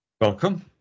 welcome